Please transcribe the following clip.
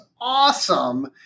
awesome